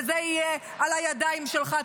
וזה יהיה על הידיים שלך,